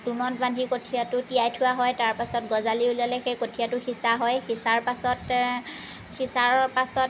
টোমত বান্ধি কঠীয়াটো তিয়াই থোৱা হয় তাৰ পাছত গজালি ওলালে সেই কঠীয়াটো সিঁচা হয় সিঁচাৰ পাছতে সিঁচাৰ পাছত